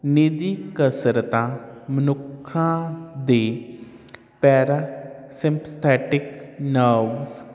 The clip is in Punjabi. ਨਿੱਜੀ ਕਸਰਤਾ ਮਨੁੱਖਾਂ ਦੇ ਪੈਰਾਂ ਸਿਪਸਥੈਟਿਕ ਨਵਸ